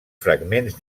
fragments